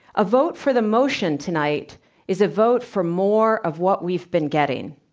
a vote for the motion tonight is a vote for more of what we've been getting,